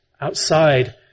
outside